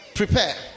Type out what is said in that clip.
Prepare